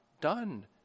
done